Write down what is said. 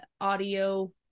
audio